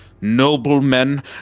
noblemen